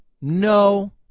No